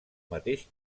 mateix